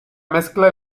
mezcla